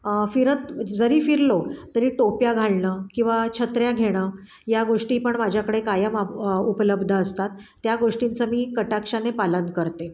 फिरत जरी फिरलो तरी टोप्या घालणं किंवा छत्र्या घेणं या गोष्टी पण माझ्याकडे कायम उपलब्ध असतात त्या गोष्टींचं मी कटाक्षाने पालन करते